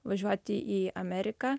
važiuoti į ameriką